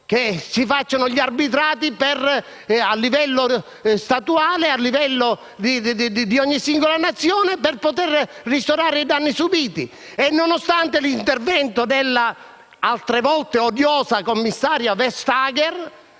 lecito fare gli arbitrati a livello statuale, a livello di ogni singola Nazione, per poter ristorare i danni subiti. E, nonostante l'intervento della altre volte odiosa commissaria Vestager,